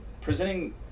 presenting